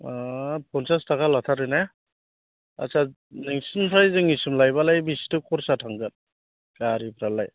हाब फनसास थाखा लाथारोना आट्चा नोंसोरनिफ्राय जोंनिसिम लायबालाय बेसेथो खरसा थांगोन गारिफ्रालाय